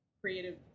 creative